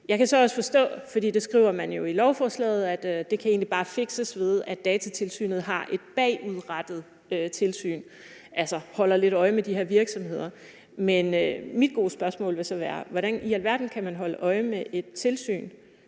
Jeg kan så også forstå, for det skriver man jo i lovforslaget, at det egentlig bare kan fikses, ved at Datatilsynet har et bagudrettet tilsyn, altså holder lidt øje med de her virksomheder. Men mit gode spørgsmål vil så være: Hvordan i alverden kan man holde øje med et register,